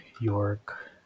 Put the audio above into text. York